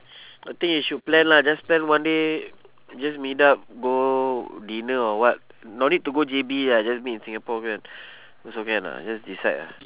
I think you should plan lah just plan one day just meet up go dinner or what don't need to go J_B lah just meet in singapore can also can lah just decide lah